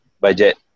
budget